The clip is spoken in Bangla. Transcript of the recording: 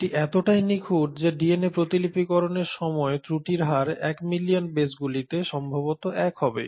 এটি এতটাই নিখুঁত যে ডিএনএ প্রতিলিপিকরণের সময় ত্রুটির হার 1 মিলিয়ন বেসগুলিতে সম্ভবত 1 হবে